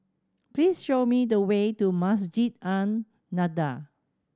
please show me the way to Masjid An Nahdhah